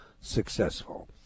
successful